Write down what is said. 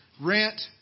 rent